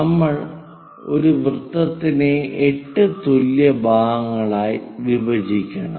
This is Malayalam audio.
നമ്മൾ ഒരു വൃത്തത്തിനെ 8 തുല്യ ഭാഗങ്ങളായി വിഭജിക്കണം